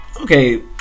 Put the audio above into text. Okay